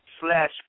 slash